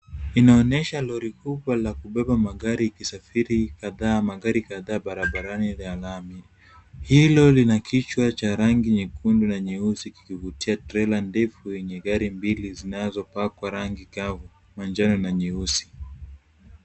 Inaonyesha lori kubwa la kubeba magari ikisafiri kadha magari kadha barabarani ya lami, hilo lina kichwa cha rangi nyekundu na nyeusi likivutia trela ndefu yenye gari mbili zinazopakwa rangi kavu manjano na nyeusi.